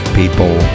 people